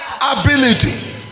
ability